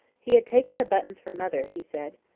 he had taken the buttons for mother, he said.